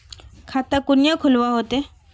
खाता कुनियाँ खोलवा होते?